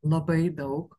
labai daug